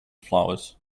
flowers